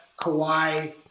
Kawhi